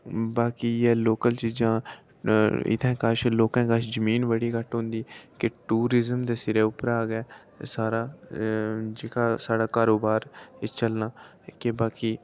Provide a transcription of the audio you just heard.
बाकी इ'यै लोकल चीज़ां इत्थें कश लोकें कश जमीन बड़ी घट्ट होंदी की टूरिज्म दे सिरै परा गै सारा कारोबार चलना ते बाकी